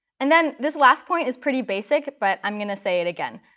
and then this last point is pretty basic, but i'm going to say it again.